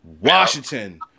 Washington